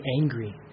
angry